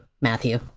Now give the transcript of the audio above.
Matthew